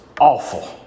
awful